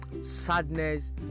sadness